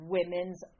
Women's